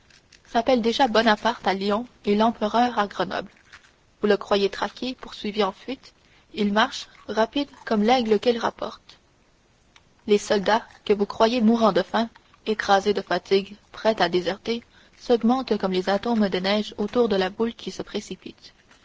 s'appelle déjà bonaparte à lyon et l'empereur à grenoble vous le croyez traqué poursuivi en fuite il marche rapide comme l'aigle qu'il rapporte les soldats que vous croyez mourants de faim écrasés de fatigue prêts à déserter s'augmentent comme les atomes de neige autour de la boule qui se précipite